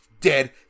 dead